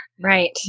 Right